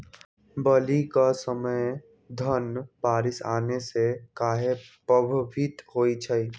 बली क समय धन बारिस आने से कहे पभवित होई छई?